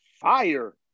fire